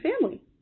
family